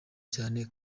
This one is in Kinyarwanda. cyane